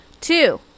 two